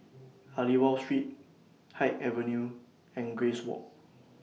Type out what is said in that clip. Aliwal Street Haig Avenue and Grace Walk